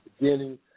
beginning